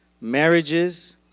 marriages